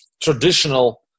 traditional